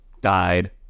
Died